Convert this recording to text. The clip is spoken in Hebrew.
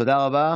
תודה רבה.